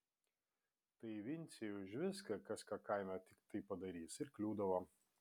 tai vincei už viską kas ką kaime tiktai padarys ir kliūdavo